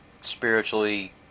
spiritually